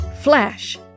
Flash